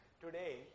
today